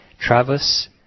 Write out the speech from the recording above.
Travis